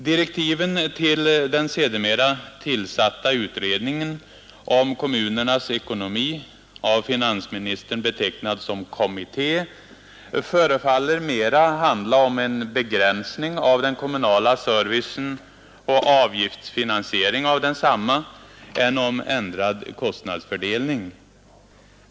Direktiven till den sedermera tillsatta utredningen om kommunernas ekonomi, av finansministern betecknad som ”kommitté”, förefaller mera handla om en begränsning av den kommunala servicen och avgiftsfinansiering av densamma än om ändrad kostnadsfördelning.